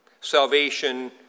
Salvation